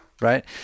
Right